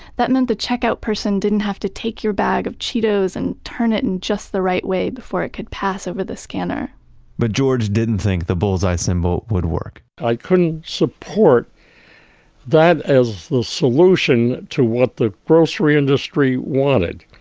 that meant the checkout person didn't have to take your bag of cheetos and turn it in just the right way before it could pass over the scanner but george didn't think the bullseye symbol would work i couldn't support that as the solution to what the grocery industry wanted.